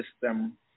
system